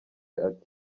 ati